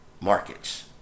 markets